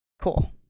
Cool